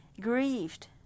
grieved